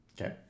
okay